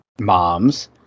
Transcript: moms